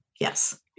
Yes